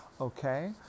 Okay